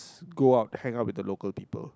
go out hang out with the local people